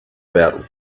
about